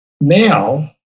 Now